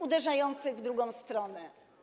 uderzających w drugą stronę.